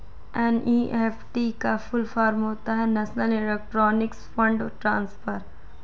NEFT का full form होता है नेशनल इलेक्ट्रॉनिक्स फण्ड ट्रांसफर